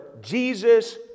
Jesus